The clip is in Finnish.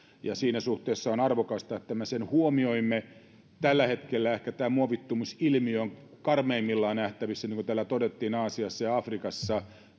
ja siinä suhteessa on arvokasta että me sen huomioimme tällä hetkellä ehkä tämä muovittumisilmiö on karmeimmillaan nähtävissä niin kuin täällä todettiin aasiassa ja afrikassa